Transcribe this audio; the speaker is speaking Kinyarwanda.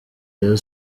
rayon